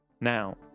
now